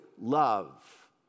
love